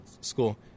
school